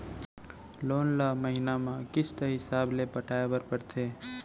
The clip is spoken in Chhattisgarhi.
लोन ल महिना म किस्त हिसाब ले पटाए बर परथे